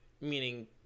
meaning